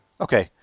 okay